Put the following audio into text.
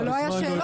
אלה לא היו שאלות.